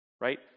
right